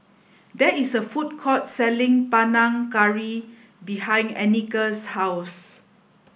there is a food court selling Panang Curry behind Anika's house